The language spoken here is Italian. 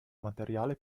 materiale